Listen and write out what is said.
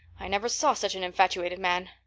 i never saw such an infatuated man.